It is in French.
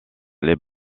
les